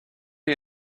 you